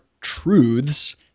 truths